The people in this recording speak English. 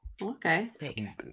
Okay